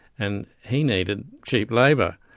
and he needed cheap labour.